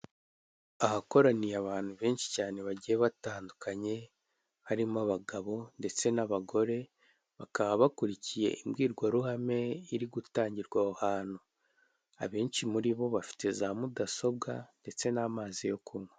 Ahakoraniye abantu benshi cyane bagiye batandukanye harimo abagabo ndetse n'abagore, bakaba bakurikiye imbwirwaruhame iri gutangirwa aho hantu, abenshi muri bo bafite za mudasobwa ndetse n'amazi yo kunywa.